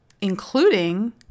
including